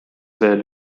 veel